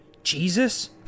Jesus